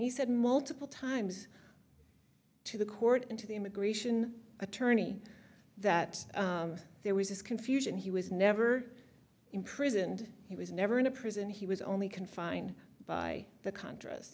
he said multiple times to the court and to the immigration attorney that there was this confusion he was never imprisoned he was never in a prison he was only confined by the